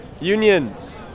Unions